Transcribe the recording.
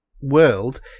World